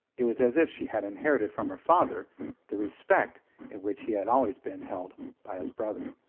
it was as if she had inherited from her father the respect in which he had always been held by his brother.